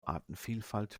artenvielfalt